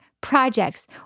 projects